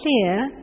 clear